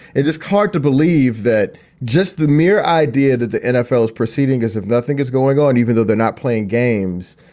it is hard to believe that just the mere idea that the nfl is proceeding as if nothing is going on, even though they're not playing games,